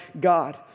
God